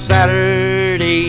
Saturday